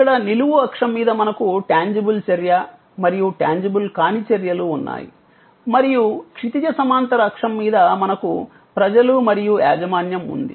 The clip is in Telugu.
ఇక్కడ నిలువు అక్షం మీద మనకు టాంజిబుల్ చర్య మరియు టాంజిబుల్ కాని చర్యలు ఉన్నాయి మరియు క్షితిజ సమాంతర అక్షం మీద మనకు ప్రజలు మరియు యాజమాన్యం ఉంది